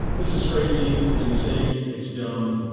this is crazy. it's insane. it's dumb.